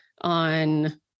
on